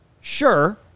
sure